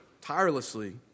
tirelessly